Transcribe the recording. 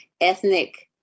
ethnic